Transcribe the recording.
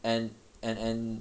and and and